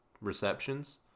receptions